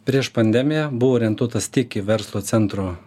prieš pandemiją buvo orientuotas tik į verslo centro